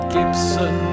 Gibson